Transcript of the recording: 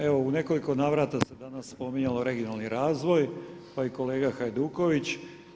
Evo u nekoliko navrata se danas spominjalo regionalni razvoj pa i kolega Hajduković.